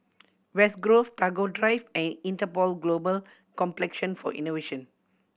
West Grove Tagore Drive and Interpol Global Complexion for Innovation